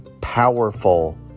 powerful